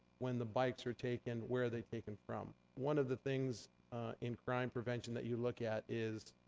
when the bikes are taken, where are they taken from? one of the things in crime prevention that you look at is,